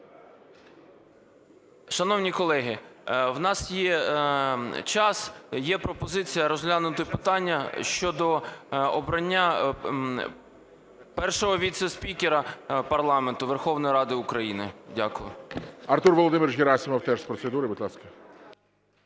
Шановні колеги, в нас є час, є пропозиція розглянути питання щодо обрання першого віцеспікера парламенту Верховної Ради України. Дякую. ГОЛОВУЮЧИЙ. Артур Володимирович Герасимов теж з процедури. Будь ласка.